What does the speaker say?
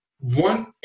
One